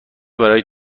برای